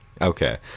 Okay